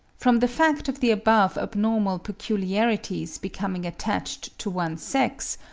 from the fact of the above abnormal peculiarities becoming attached to one sex,